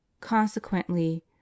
consequently